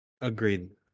Agreed